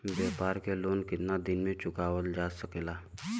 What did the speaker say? व्यापार के लोन कितना दिन मे चुकावल जा सकेला?